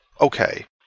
okay